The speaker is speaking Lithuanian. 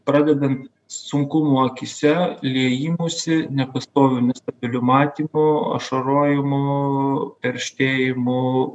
pradedant sunkumu akyse liejimusi nepastoviu nestabiliu matymu ašarojimu perštėjimu